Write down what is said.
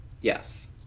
Yes